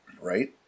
Right